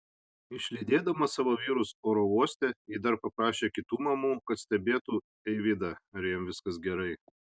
išlydėdama savo vyrus oro uoste ji dar paprašė kitų mamų kad stebėtų eivydą ar viskas jam gerai